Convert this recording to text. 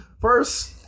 first